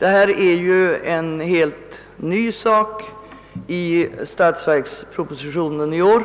gäller ju där en helt ny fråga i årets statsverksproposition.